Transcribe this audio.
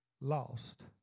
lost